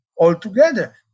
altogether